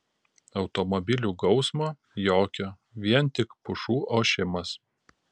automobilių gausmo jokio vien tik pušų ošimas